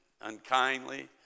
unkindly